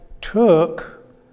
took